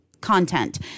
Content